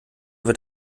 wird